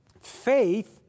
Faith